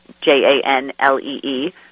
J-A-N-L-E-E